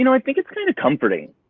you know i think it's kinda comforting.